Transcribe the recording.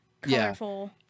colorful